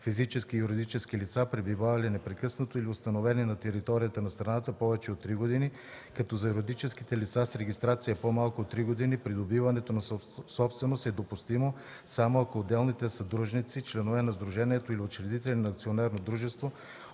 физически и юридически лица, пребивавали непрекъснато или установени на територията на страната повече от три години, като за юридическите лица с регистрация по-малко от три години придобиването на собственост е допустимо само ако отделните съдружници, членове на сдружението или учредители на акционерно дружество,